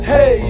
Hey